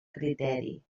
criteri